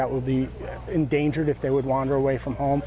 that would be endangered if they would wander away from home